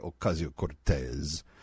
Ocasio-Cortez